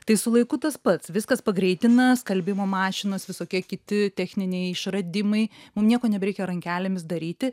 tai su laiku tas pats viskas pagreitina skalbimo mašinos visokie kiti techniniai išradimai mum nieko nebereikia rankelėmis daryti